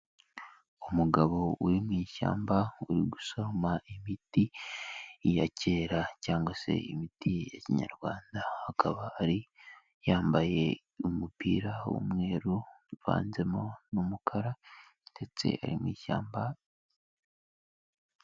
Umugabo uri mu ishyamba uri gusoroma imiti, iya kera cyangwa se imiti ya Kinyarwanda, akaba ari yambaye umupira w'umweru uvanzemo n'umukara ndetse ari mu ishyamba.